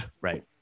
Right